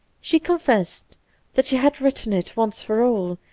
she confessed that she had written it once for all,